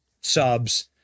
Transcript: subs